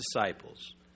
disciples